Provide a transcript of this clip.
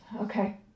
Okay